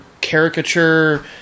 caricature